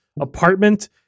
apartment